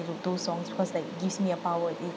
those songs because like gives me a power it